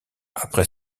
après